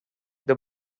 the